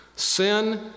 Sin